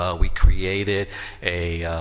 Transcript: ah we created a